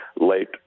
late